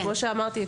כמו שאמרתי,